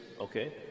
okay